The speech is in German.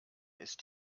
ist